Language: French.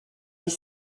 les